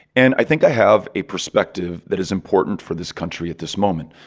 and i think i have a perspective that is important for this country at this moment.